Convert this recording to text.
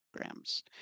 Programs